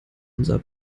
unser